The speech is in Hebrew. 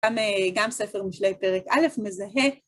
גם ספר משלי פרק א', מזהה.